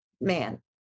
man